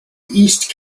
east